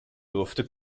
durfte